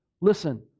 listen